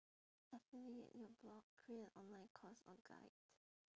affiliate your blog create a online course or guide